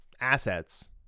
Assets